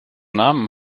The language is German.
namen